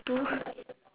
two